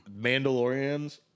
Mandalorians